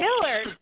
killer